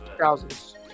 thousands